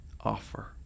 offer